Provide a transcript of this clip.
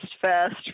fast